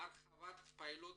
הרחבת פיילוט